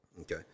Okay